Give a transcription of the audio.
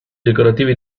decorativi